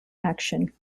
action